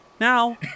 Now